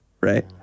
Right